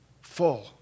full